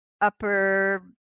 upper